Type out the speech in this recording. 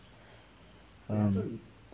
err